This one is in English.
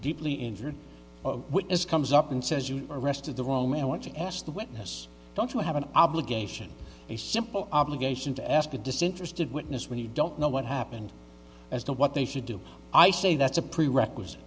deeply injured a witness comes up and says you arrested the woman want to ask the witness don't you have an obligation a simple obligation to ask a disinterested witness when you don't know what happened as to what they should do i say that's a prerequisite